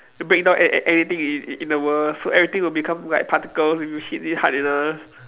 break down an~ anything in in the world so everything will become like particles if you hit it hard enough